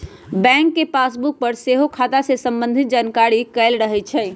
bank के passbook पर सेहो खता से संबंधित जानकारी लिखल रहै छइ